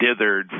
dithered